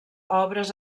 obres